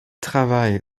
travaille